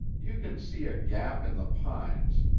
you can see a gap in the pines.